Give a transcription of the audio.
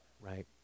right